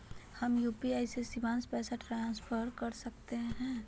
हम यू.पी.आई शिवांश पैसा ट्रांसफर कर सकते हैं?